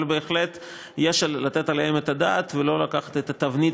אבל בהחלט יש לתת עליהן את הדעת ולא לקחת את התבנית